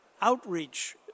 outreach